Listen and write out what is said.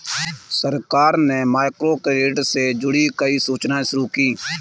सरकार ने माइक्रोक्रेडिट से जुड़ी कई योजनाएं शुरू की